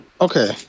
Okay